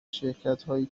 شرکتهایی